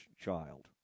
child